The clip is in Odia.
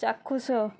ଚାକ୍ଷୁଷ